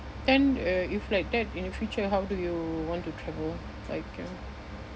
then uh if like that in the future how do you want to travel like uh